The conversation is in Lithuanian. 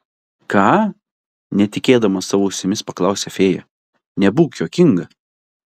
ką netikėdama savo ausimis paklausė fėja nebūk juokinga